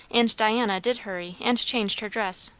and diana did hurry and changed her dress.